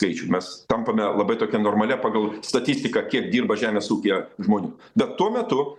skaičių mes tampame labai tokia normalia pagal statistiką kiek dirba žemės ūkyje žmonių bet tuo metu